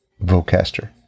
vocaster